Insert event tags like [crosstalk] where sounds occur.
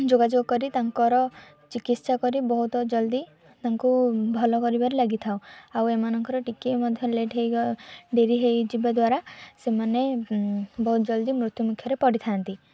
ଯୋଗାଯୋଗ କରି ତାଙ୍କର ଚିକିତ୍ସା କରି ବହୁତ ଜଲଦି ତାଙ୍କୁ ଭଲ କରିବାରେ ଲାଗିଥାଉ ଆଉ ଏମାନଙ୍କର ଟିକେ ମଧ୍ୟ ଲେଟ୍ [unintelligible] ଡେରି ହେଇଯିବା ଦ୍ୱାରା ସେମାନେ ବହୁତ ଜଲଦି ମୃତ୍ୟୁ ମୁଖରେ ପଡ଼ିଥାନ୍ତି